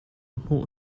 hmuh